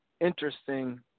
interesting